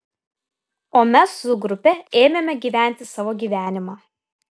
o mes su grupe ėmėme gyventi savo gyvenimą